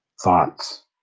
thoughts